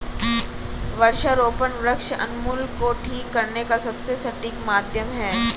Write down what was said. वृक्षारोपण वृक्ष उन्मूलन को ठीक करने का सबसे सटीक माध्यम है